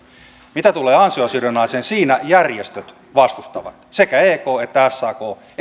mitä tulee ansiosidonnaiseen siinä järjestöt vastustavat ei ek eikä sak